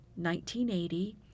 1980